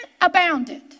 abounded